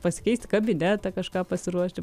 pasikeisti kabinetą kažką pasiruošti